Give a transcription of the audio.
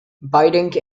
biting